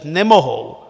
Nemohou.